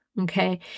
okay